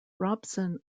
robson